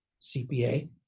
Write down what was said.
CPA